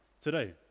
today